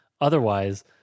Otherwise